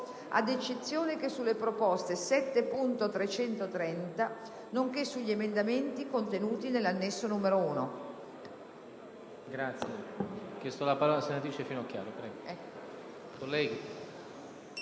ad eccezione che sulla proposta 7.330 nonché sugli emendamenti contenuti nell'Annesso n. l».